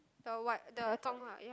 the what the ah ya